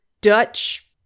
Dutch